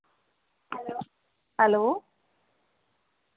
hello